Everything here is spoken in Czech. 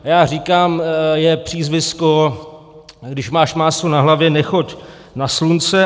Já říkám, je přízvisko, když máš máslo na hlavě, nechoď na slunce.